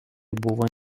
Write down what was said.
buvo